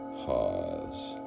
pause